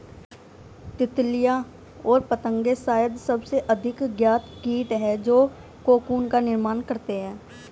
तितलियाँ और पतंगे शायद सबसे अधिक ज्ञात कीट हैं जो कोकून का निर्माण करते हैं